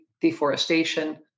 deforestation